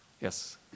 Yes